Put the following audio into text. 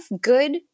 good